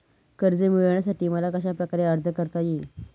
कर्ज मिळविण्यासाठी मला कशाप्रकारे अर्ज करता येईल?